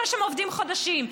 אחרי שהם עובדים חודשים.